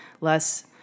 less